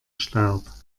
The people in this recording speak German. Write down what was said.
staub